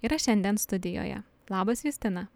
yra šiandien studijoje labas justina